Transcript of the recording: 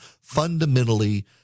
Fundamentally